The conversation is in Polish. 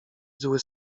zły